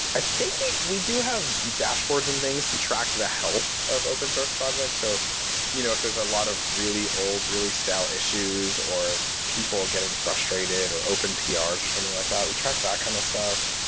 i think we we do have dashboards and things to track the health of open-source projects. so you know if there's a lot of really old, really stale issues, or people getting frustrated, or open prs, or something like that, we track that kind of stuff.